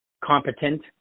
competent